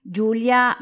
Giulia